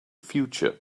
future